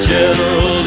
General